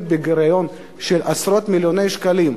בעצמה בגירעון של עשרות מיליוני שקלים,